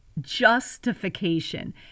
justification